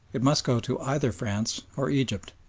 it must go to either france or egypt.